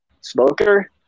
Smoker